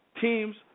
teams